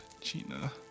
Gina